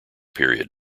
period